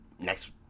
next